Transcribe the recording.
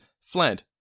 fled